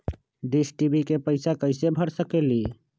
Dish TV के पैईसा कईसे भर सकली?